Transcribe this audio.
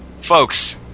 folks